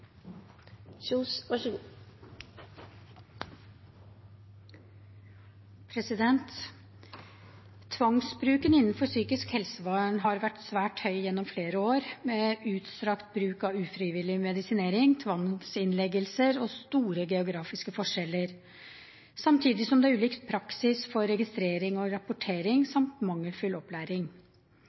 Tvangsbruken innenfor psykisk helsevern har vært svært høy gjennom flere år, med utstrakt bruk av ufrivillig medisinering, tvangsinnleggelser og store geografiske forskjeller. Samtidig er det ulik praksis for registrering og rapportering samt mangelfull opplæring.